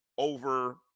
over